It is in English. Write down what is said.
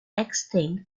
extinct